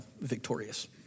victorious